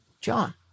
John